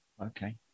okay